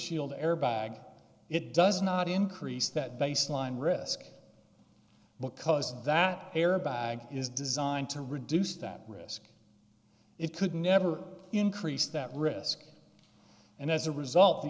shield airbag it does not increase that baseline risk because that airbag is designed to reduce that risk it could never increase that risk and as a result the